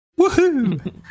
Woohoo